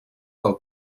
del